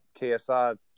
KSI